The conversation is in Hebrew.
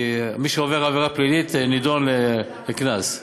מי שעובר עבירה פלילית נידון לקנס.